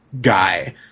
guy